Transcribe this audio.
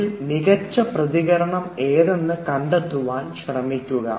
ഇതിൽ മികച്ച പ്രതികരണം ഏതെന്നും കണ്ടെത്തുവാൻ ശ്രമിക്കുക